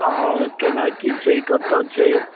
अहाँ केना की छै कतऽ छै